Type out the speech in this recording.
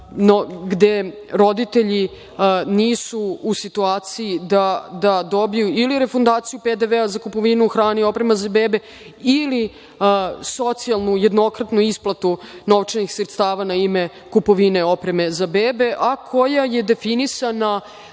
gde roditelji nisu u situaciji da dobiju ili refundaciju PDV-a za kupovinu hrane i opreme za bebe ili socijalnu jednokratnu isplatu novčanih sredstava na ime kupovine opreme za bebe, a koja je definisana